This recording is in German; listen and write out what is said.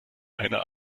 einer